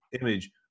image